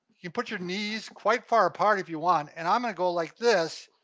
you put your knees quite far apart if you want, and i'm gonna go like this,